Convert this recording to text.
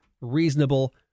reasonable